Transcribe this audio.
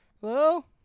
Hello